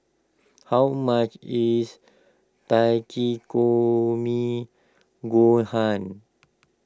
how much is Takikomi Gohan